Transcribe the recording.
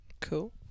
Cool